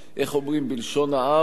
איך אומרים בלשון העם?